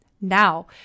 Now